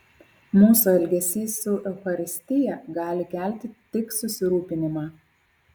mūsų elgesys su eucharistija gali kelti tik susirūpinimą